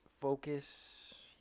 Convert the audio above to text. focus